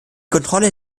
kontrolle